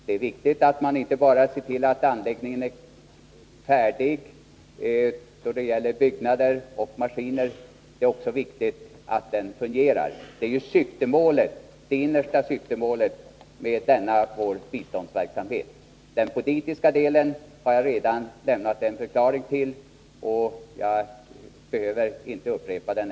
Det är viktigt att vi ser till inte bara att anläggningen är färdig när det gäller byggnader och maskiner utan också att den fungerar. Det är ju det innersta syftet med denna biståndsverksamhet. I den politiska delen har jag redan lämnat en förklaring och behöver inte upprepa den.